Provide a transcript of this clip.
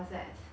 okay